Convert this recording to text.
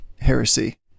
heresy